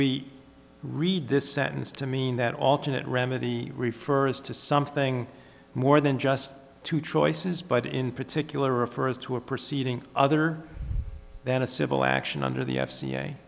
we read this sentence to mean that alternate remedy refers to something more than just two choices but in particular refers to a proceeding other than a civil action under the f